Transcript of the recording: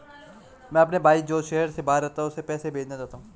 मैं अपने भाई जो शहर से बाहर रहता है, उसे पैसे भेजना चाहता हूँ